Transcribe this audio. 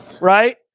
right